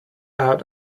out